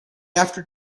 after